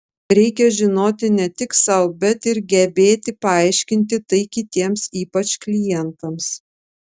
reikia žinoti ne tik sau bet ir gebėti paaiškinti tai kitiems ypač klientams